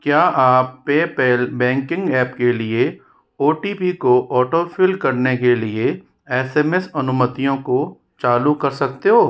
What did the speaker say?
क्या आप PayPal banking app के लिए ओ टी पी को ऑटोफ़िल करने के लिए एस एम एस अनुमतियों को चालू कर सकते हो